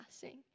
passing